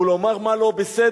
הוא לומר מה לא בסדר.